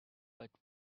but